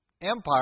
empire